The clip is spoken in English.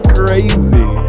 crazy